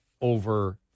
over